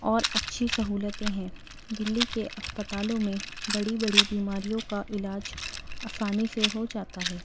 اور اچھی سہولتیں ہیں دلی کے اسپتالوں میں بڑی بڑی بیماریوں کا علاج آسانی سے ہو جاتا ہے